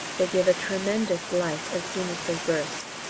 they give a tremendous light as soon as they burst.